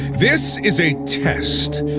this is a test,